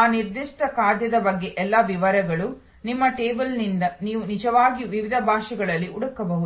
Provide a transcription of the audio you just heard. ಆ ನಿರ್ದಿಷ್ಟ ಖಾದ್ಯದ ಬಗ್ಗೆ ಎಲ್ಲಾ ವಿವರಗಳು ನಿಮ್ಮ ಟೇಬಲ್ನಿಂದ ನೀವು ನಿಜವಾಗಿಯೂ ವಿವಿಧ ಭಾಷೆಗಳಲ್ಲಿ ಹುಡುಕಬಹುದು